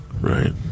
Right